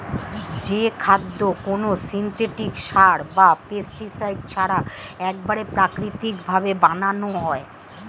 যে খাদ্য কোনো সিনথেটিক সার বা পেস্টিসাইড ছাড়া একবারে প্রাকৃতিক ভাবে বানানো হয়